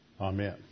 Amen